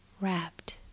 wrapped